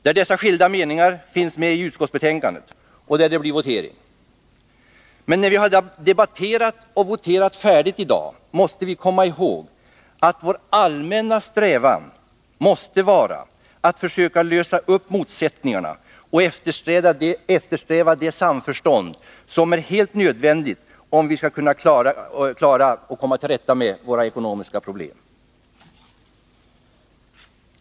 Dessa skilda meningar redovisas i utskottsbetänkandet, och på dessa punkter kommer det att bli votering. Men när vi har debatterat och voterat färdigt i dag skall vi komma ihåg att den allmänna strävan måste vara att försöka lösa upp motsättningarna och åstadkomma det samförstånd som är helt nödvändigt för att vi skall kunna komma till rätta med våra ekonomiska problem.